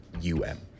U-M